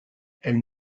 elles